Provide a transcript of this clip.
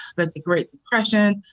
but the great depression,